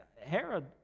Herod